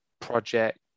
project